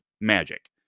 Magic